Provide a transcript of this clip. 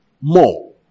more